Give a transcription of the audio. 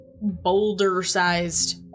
boulder-sized